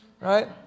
right